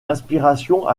inspirations